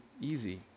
easy